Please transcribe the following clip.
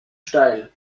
steil